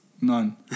None